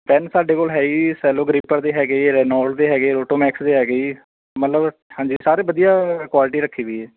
pen ਸਾਡੇ ਕੋਲ ਹੈ ਹੀ ਸੈਲੋਗਰੀਪਰ ਦੇ ਹੈਗੇ ਰੈਨੋਡ ਦੇ ਹੈਗੇ ਆਟੋਮੈਕਸ ਦੇ ਹੈਗੇ ਜੀ ਮਤਲਬ ਹਾਂਜੀ ਸਾਰੇ ਵਧੀਆ ਕੁਆਲਿਟੀ ਰੱਖੀ ਹੋਈ ਹੈ